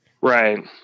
Right